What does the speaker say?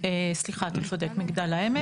סליחה, אתה צודק, מגדל העמק.